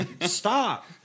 Stop